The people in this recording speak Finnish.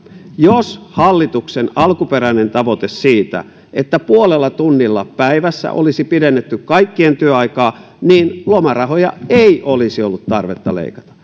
jos hallituksen alkuperäinen tavoite siitä että puolella tunnilla päivässä olisi pidennetty kaikkien työaikaa niin lomarahoja ei olisi ollut tarvetta leikata